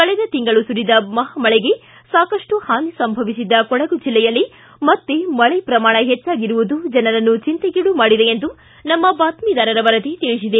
ಕಳೆದ ತಿಂಗಳು ಸುರಿದ ಮಹಾಮಳೆಗೆ ಸಾಕಷ್ಟು ಹಾನಿ ಸಂಭವಿಸಿದ್ದ ಕೊಡಗು ಜಿಲ್ಲೆಯಲ್ಲಿ ಮತ್ತೆ ಮಳೆ ಪ್ರಮಾಣ ಹೆಚ್ಚಾಗಿರುವುದು ಜನರನ್ನು ಚಿಂತೆಗೀಡು ಮಾಡಿದೆ ಎಂದು ನಮ್ನ ಬಾತ್ನಿದಾರರ ವರದಿ ತಿಳಿಸಿದೆ